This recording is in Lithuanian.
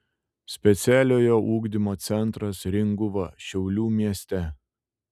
specialiojo ugdymo centras ringuva šiaulių mieste